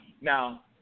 Now